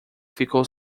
ficou